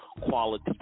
quality